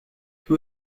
two